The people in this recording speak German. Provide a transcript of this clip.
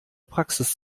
praxis